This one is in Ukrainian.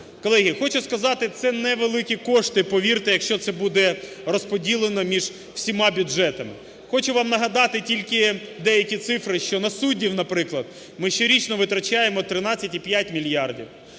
Колеги, я хочу сказати, це не великі кошти, повірте, якщо це буде розподілено між всіма бюджетами. Хочу вам нагадати тільки деякі цифри, що на суддів, наприклад, ми щорічно витрачаємо 13,5 мільярдів,